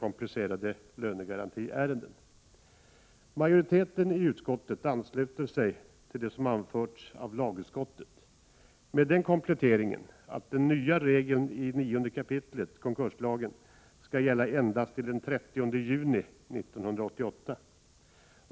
1987/88:41 mer komplicerade lönegarantiärenden. 9 december 1987 Majoriteten i arbetsmarknadsutskottet ansluter sig till det som har anförts konkurslagen skall gälla endast till den 30 juni 1988.